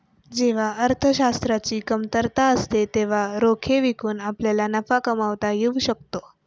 जेव्हा अर्थशास्त्राची कमतरता असते तेव्हा रोखे विकून आपल्याला नफा कमावता येऊ शकतो